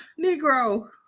Negro